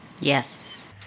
Yes